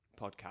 podcast